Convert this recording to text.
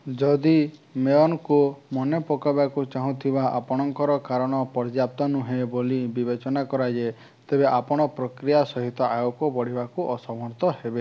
ଯଦି ମେୟରଙ୍କୁ ମନେ ପକାଇବାକୁ ଚାହୁଁଥିବା ଆପଣଙ୍କର କାରଣ ପର୍ଯ୍ୟାପ୍ତ ନୁହେଁ ବୋଲି ବିବେଚନା କରାଯାଏ ତେବେ ଆପଣ ପ୍ରକ୍ରିୟା ସହିତ ଆଗକୁ ବଢ଼ିବାକୁ ଅସମର୍ଥ ହେବେ